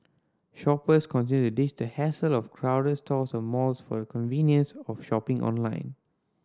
shoppers continue to ditch the hassle of crowded stores and malls for the convenience of shopping online